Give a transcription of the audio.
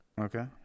Okay